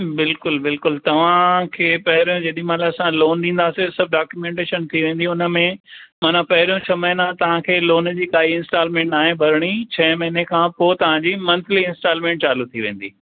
बिल्कुलु बिल्कुलु तव्हांखे पहिरो जेॾीमहिल असां लोन ॾींदासीं सभु डॉक्यूमेंटेशन थी वेंदी हुन में माना पहिरों छह महीना तव्हांखे लोन जी काई इंस्टॉलमेंट नाहे भरणी छह महीने खां पोइ तव्हांजी मंथली इंस्टॉलमेंट चालू थी वेंदी